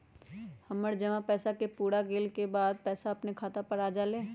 हमर जमा पैसा के समय पुर गेल के बाद पैसा अपने खाता पर आ जाले?